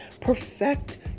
Perfect